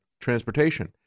transportation